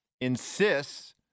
insists